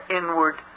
inward